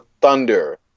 Thunder